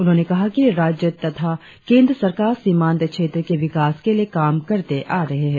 उन्होंने कहा कि राज्य तथा केंद्र सरकार सीमांत क्षेत्र के विकास के लिए काम करते आ रहे है